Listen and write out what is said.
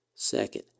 Second